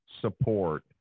support